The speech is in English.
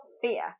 fear